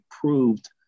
proved